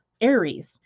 Aries